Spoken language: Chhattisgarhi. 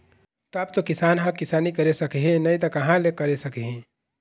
तब तो किसान ह किसानी करे सकही नइ त कहाँ ले करे सकही